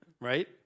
right